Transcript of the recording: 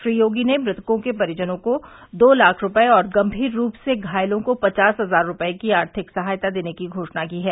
श्री योगी ने मृतकों के परिजनों को दो लाख रूपये और गंभीर रूप से घायलों को पचास हजार रूपये की आर्थिक सहायता देने की घोषणा की है